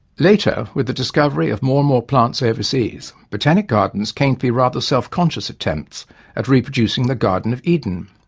later, with the discovery of more and more plants overseas, botanic gardens came to be rather self-conscious attempts at reproducing the garden of eden.